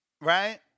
right